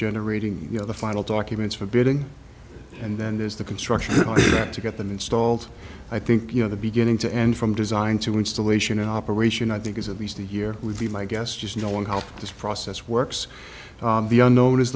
generating you know the final documents for bidding and then there's the construction work to get them installed i think you know the beginning to end from design to installation an operation i think is at least a year would be my guess just knowing how this process works the unknown